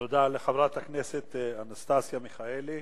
תודה לחברת הכנסת אנסטסיה מיכאלי,